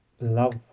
love